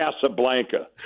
Casablanca